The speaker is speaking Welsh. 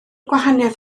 gwahaniaeth